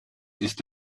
ist